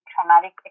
traumatic